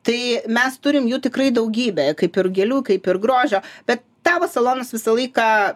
tai mes turim jų tikrai daugybę kaip ir gėlių kaip ir grožio bet tavo salonas visą laiką